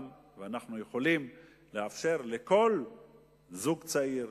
ואנחנו יכולים לאפשר לכל זוג צעיר,